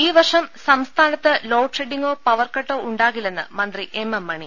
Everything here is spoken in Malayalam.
ഈ വർഷം സംസ്ഥാനത്ത് ലോഡ്ഷെഡ്ഡിംങോ പവർകട്ടോ ഉണ്ടാ കില്ലെന്ന് മന്ത്രി എം എം മണി